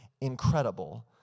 Incredible